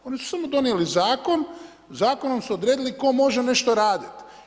Oni su samo donijeli zakon, zakonom su odredili tko može nešto raditi.